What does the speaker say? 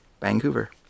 Vancouver